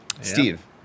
Steve